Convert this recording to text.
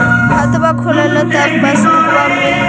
खतवा खोलैलहो तव पसबुकवा मिल गेलो?